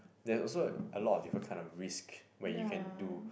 there's also like a lot of different kind of risks where you can do